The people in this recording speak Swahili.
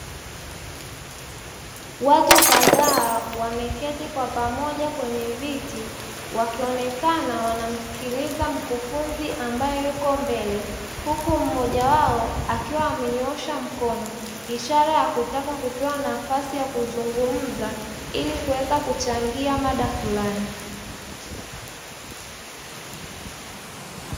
Watu kadhaa wameketi kwa pamoja kwenye viti wakionekana wanamsikiliza mkufunzi ambaye yuko mbele huku mmoja wao akiwa amenyoosha mkono, ishara ya kutaka kupewa nafasi ya kuzungumza ishara ya kutaka kuchangia mada fulani.